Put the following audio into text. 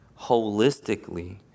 holistically